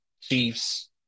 Chiefs